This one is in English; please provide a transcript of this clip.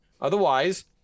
Otherwise